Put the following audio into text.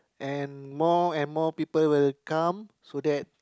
and more and more people will come so that